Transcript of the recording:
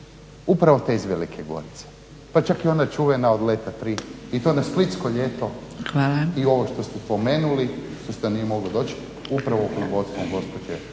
upravo te iz Velike Gorice pa čak i ona čuvena od Leta 3 i to na Splitsko ljeto i ono što ste spomenuli, što se nije moglo doći, upravo pod vodstvom gospođe…